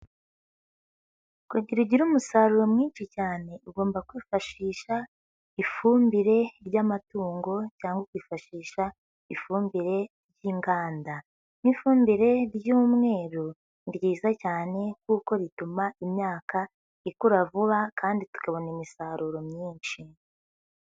Kugira ugire umusaruro mwinshi cyane ugomba kwifashisha ifumbire ry'amatungo cyangwa ukifashisha ifumbire y'inganda n'ifumbire ry'umweru ni ryiza cyane kuko rituma imyaka ikura vuba kandi tukabona imisaruro myinshi.